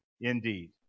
indeed